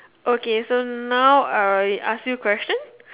okay so now uh I ask you question